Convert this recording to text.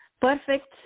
Perfect